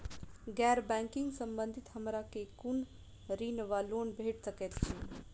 गैर बैंकिंग संबंधित हमरा केँ कुन ऋण वा लोन भेट सकैत अछि?